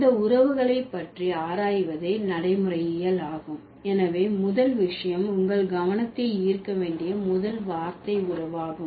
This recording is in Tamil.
அந்த உறவுகளை பற்றி ஆராய்வதே நடைமுறையியல் ஆகும் எனவே முதல் விஷயம் உங்கள் கவனத்தை ஈர்க்க வேண்டிய முதல் வார்த்தை உறவு ஆகும்